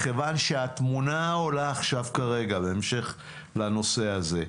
מכיוון שהתמונה העולה עכשיו כרגע בהמשך לנושא הזה,